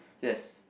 yes